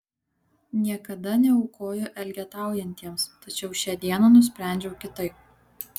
niekada neaukoju elgetaujantiems tačiau šią dieną nusprendžiau kitaip